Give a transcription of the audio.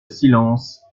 silence